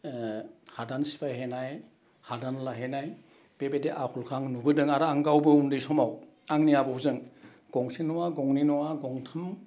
हादान सिफायहैनाय हादान लाहैनाय बेबायदि आखलखौ आं नुबोदों आर आं गावबो उन्दै समाव आंनि आबौजों गंसे नङा गंनै नङा गंथाम